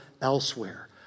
elsewhere